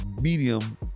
medium